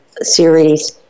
series